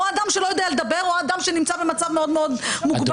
או אדם שלא יודע לדבר או אדם שנמצא במצב מאוד מאוד מוגבל.